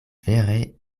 vere